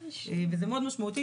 זה מאוד משמעותי,